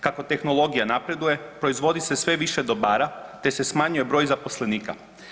Kako tehnologija napreduje proizvodi se sve više dobara te se smanjuje broj zaposlenika.